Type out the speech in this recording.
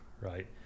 right